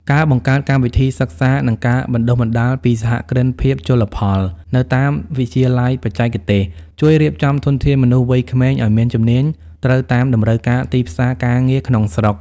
ការបង្កើតកម្មវិធីសិក្សា និងការបណ្ដុះបណ្ដាលពីសហគ្រិនភាពជលផលនៅតាមវិទ្យាល័យបច្ចេកទេស ជួយរៀបចំធនធានមនុស្សវ័យក្មេងឱ្យមានជំនាញត្រូវតាមតម្រូវការទីផ្សារការងារក្នុងស្រុក។